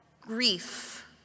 grief